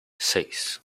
seis